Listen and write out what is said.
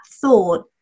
thought